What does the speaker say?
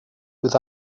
with